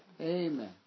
Amen